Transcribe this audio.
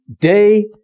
day